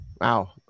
Wow